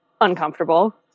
uncomfortable